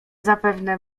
zapewne